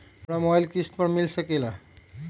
हमरा मोबाइल किस्त पर मिल सकेला?